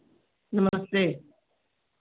नमस्ते